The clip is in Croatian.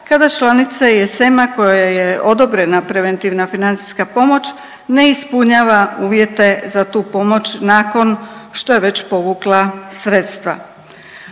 kada članice ESM-a kojoj je odobrena preventivna financijska pomoć ne ispunjava uvjete za tu pomoć nakon što je već povukla sredstva.